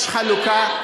יש חלוקה.